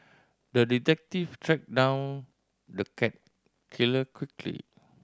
the detective tracked down the cat killer quickly